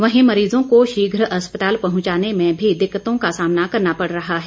वहीं मरीजों को शीघ्र अस्पताल पहुंचाने में भी दिक्कतों का सामना करना पड़ रहा है